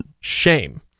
Shame